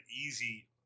easy